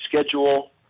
schedule